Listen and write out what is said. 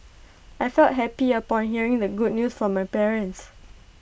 I felt happy upon hearing the good news from my parents